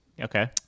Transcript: Okay